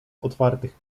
otwartych